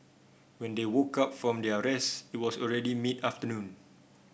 when they woke up from their rest it was already mid afternoon